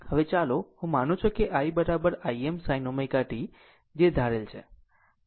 હવે ચાલો હું માનું છું કે i Im sin ω t જે ધારેલ છે